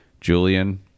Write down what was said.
Julian